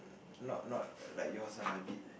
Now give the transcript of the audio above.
not not like yours ah a bit